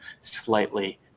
slightly